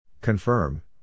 Confirm